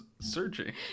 searching